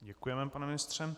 Děkujeme, pane ministře.